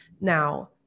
Now